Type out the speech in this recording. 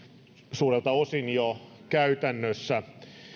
suurelta osin jo käytännössä